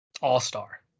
All-Star